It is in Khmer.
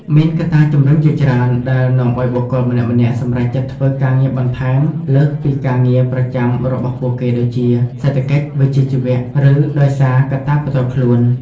មានកត្តាជំរុញជាច្រើន ដែលនាំឱ្យបុគ្គលម្នាក់ៗសម្រេចចិត្តធ្វើការងារបន្ថែមលើសពីការងារប្រចាំរបស់ពួកគេ ដូចជា សេដ្ឋកិច្ច វិជ្ជាជីវៈ ឬដោយសារកត្តាផ្ទាល់ខ្លួន។